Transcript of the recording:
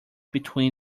between